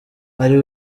ari